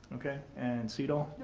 okay. and cdal?